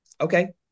Okay